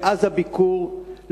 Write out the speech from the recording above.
מאז הביקור,